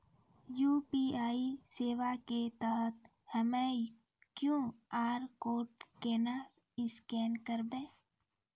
UPI सेवा के तहत हम्मय क्यू.आर कोड केना स्कैन करबै?